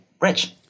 rich